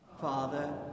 father